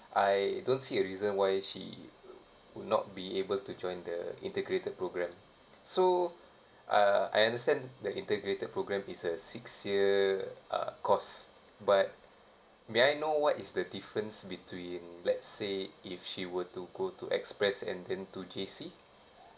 I don't see a reason why she would not be able to join the integrated programme so uh I understand the integrated programme is a six year uh course but may I know what is the difference between let's say if she were to go to express and then to J_C